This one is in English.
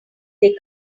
they